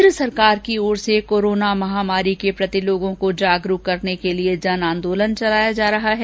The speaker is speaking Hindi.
केन्द्र सरकार की ओर से कोरोना महामारी के प्रति लोगों की जागरूक करने के लिए जनआंदोलन चलाया जा रहा है